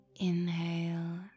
Inhale